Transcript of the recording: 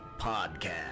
Podcast